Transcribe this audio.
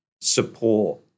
support